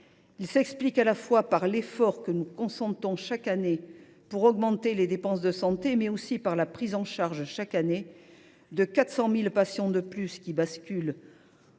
Il s’explique par l’effort que nous consentons chaque année pour augmenter les dépenses de santé, mais aussi par la prise en charge chaque année de 400 000 patients de plus qui basculent